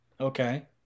Okay